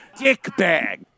dickbag